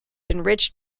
enriched